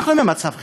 אנחנו במצב חירום,